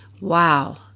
Wow